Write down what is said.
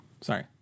sorry